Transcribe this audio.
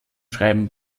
schreiben